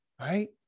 right